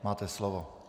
Máte slovo.